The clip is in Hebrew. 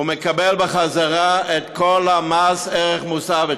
היא מקבלת בחזרה את כל מס ערך מוסף,